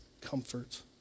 comfort